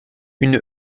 une